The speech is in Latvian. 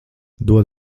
dod